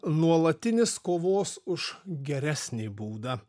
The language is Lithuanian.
nuolatinis kovos už geresnį būdą